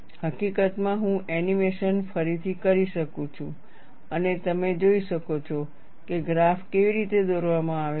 હકીકતમાં હું એનિમેશન ફરીથી કરી શકું છું અને તમે જોઈ શકો છો કે ગ્રાફ કેવી રીતે દોરવામાં આવે છે